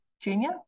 Junior